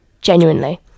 genuinely